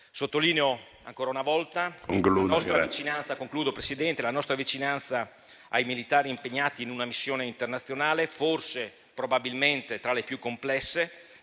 sottolineando ancora una volta la nostra vicinanza ai militari impegnati in una missione internazionale probabilmente tra le più complesse,